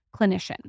clinician